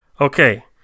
Okay